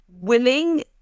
willing